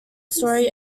story